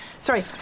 Sorry